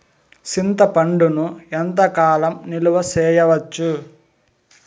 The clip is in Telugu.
చింతపండును ఎంత కాలం నిలువ చేయవచ్చు?